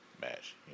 match